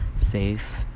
safe